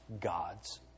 gods